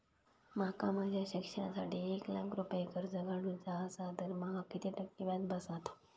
माका माझ्या शिक्षणासाठी एक लाख रुपये कर्ज काढू चा असा तर माका किती टक्के व्याज बसात?